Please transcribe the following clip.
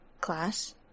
class